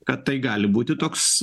kad tai gali būti toks